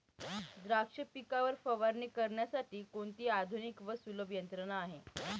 द्राक्ष पिकावर फवारणी करण्यासाठी कोणती आधुनिक व सुलभ यंत्रणा आहे?